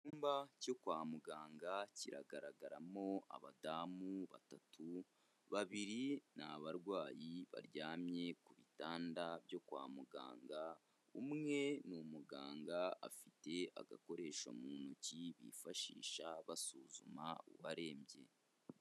Icyumba cyo kwa muganga kiragaragaramo abadamu batatu, babiri ni abarwayi baryamye ku bitanda byo kwa muganga, umwe ni umuganga afite agakoresho mu ntoki, bifashisha basuzuma uwarembye.